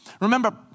Remember